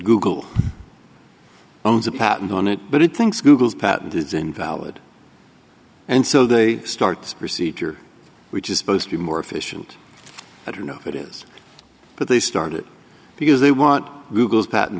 google owns a patent on it but it thinks google's patent is invalid and so they start procedure which is supposed to be more efficient i don't know if it is but they start it because they want